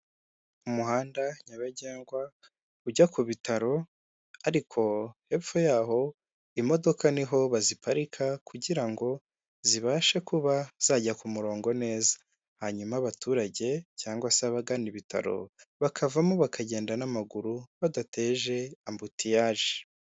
Umuhanda nyabagendwa ujya ku bitaro ariko hepfo yaho imodoka niho baziparika kugira ngo zibashe kuba zajya ku murongo neza, hanyuma abaturage cyangwa se abagana ibitaro bakavamo bakagenda n'amaguru badateje ambutiyaje.